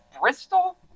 Bristol